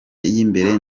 y’imbere